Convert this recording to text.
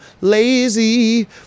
lazy